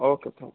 okay thank you